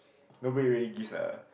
nobody really gives a